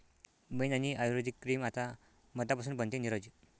मेण आणि आयुर्वेदिक क्रीम आता मधापासून बनते, नीरज